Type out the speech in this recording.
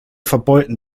verbeulten